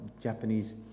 japanese